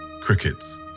Crickets